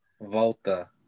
Volta